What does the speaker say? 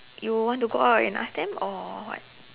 you want to go out and ask them or what